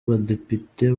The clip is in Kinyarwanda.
w’abadepite